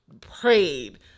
prayed